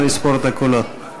נא לספור את הקולות.